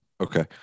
Okay